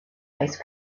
ice